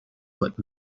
but